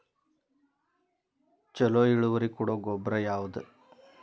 ಛಲೋ ಇಳುವರಿ ಕೊಡೊ ಗೊಬ್ಬರ ಯಾವ್ದ್?